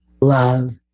love